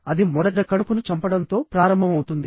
అది మొదట కడుపును చంపడంతో ప్రారంభమవుతుంది